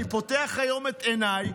אני פותח היום את עיניי,